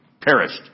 Perished